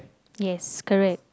yes correct